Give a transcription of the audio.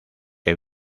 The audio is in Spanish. que